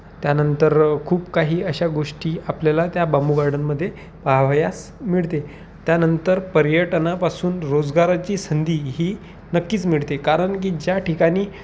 त्यानंतर खूप काही अशा गोष्टी आपल्याला त्या बांबू गार्डनमध्ये पहावयास मिळते त्यानंतर पर्यटनापासून रोजगाराची संधी ही नक्कीच मिळते कारण की ज्या ठिकाणी